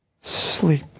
sleep